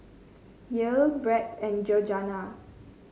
Yael Brett and Georganna